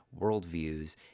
worldviews